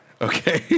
Okay